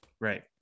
Right